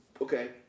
Okay